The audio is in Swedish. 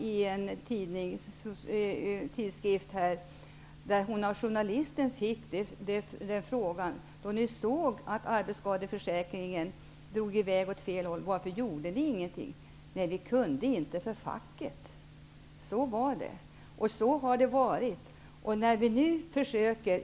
Hon fick av journalisten frågan varför Socialdemokraterna inte gjorde någonting då man såg att arbetsskadeförsäkringen drog i väg åt fel håll. Birgitta Dahl svarade att man inte kunde med tanke på facket. Så var det då, och så har det varit tidigare.